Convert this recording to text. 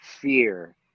fear